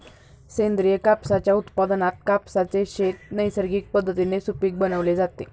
सेंद्रिय कापसाच्या उत्पादनात कापसाचे शेत नैसर्गिक पद्धतीने सुपीक बनवले जाते